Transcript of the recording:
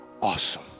awesome